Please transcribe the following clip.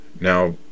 now